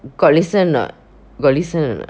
got listen or not got listen or not